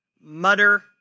mutter